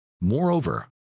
Moreover